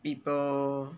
people